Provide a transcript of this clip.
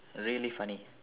really funny